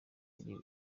ibiri